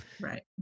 right